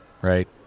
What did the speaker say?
right